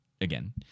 again